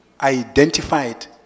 identified